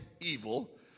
evil